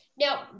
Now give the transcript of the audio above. Now